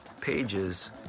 pages